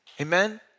Amen